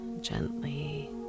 gently